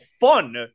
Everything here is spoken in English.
fun